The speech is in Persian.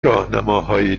راهنماهایی